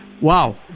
wow